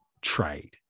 trade